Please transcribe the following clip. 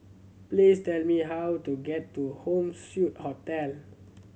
please tell me how to get to Home Suite Hotel